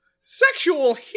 sexual